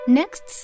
next